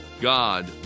God